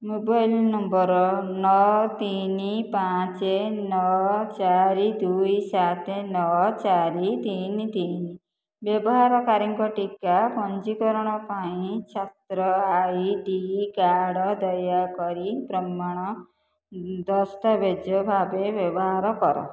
mobile number ନଅ ତିନି ପାଞ୍ଚ ନଅ ଚାରି ଦୁଇ ସାତ ନଅ ଚାରି ତିନି ତିନି ବ୍ୟବହାରକାରୀଙ୍କ ଟିକା ପଞ୍ଜୀକରଣ ପାଇଁ ଛାତ୍ର ଆଇଡି କାର୍ଡ଼ ଦୟାକରି ପ୍ରମାଣ ଦସ୍ତାବେଜ ଭାବେ ବ୍ୟବହାର କର